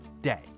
day